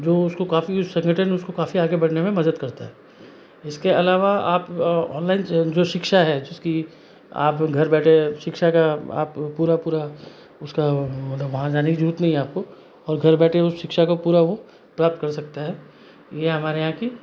जो उसको काफ़ी संगठन उसको काफ़ी आगे बढ़ने में मदद करता है इसके अलावा आप ऑनलाइन जो शिक्षा है जिसकी आप घर बैठे शिक्षा का आप पूरा पूरा उसका मतलब वहाँ जाने की ज़रूरत नहीं है आपको और घर बैठे वो शिक्षा का पूरा वो प्राप्त कर सकते हैं ये हमारे यहाँ की